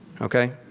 okay